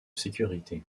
sécurité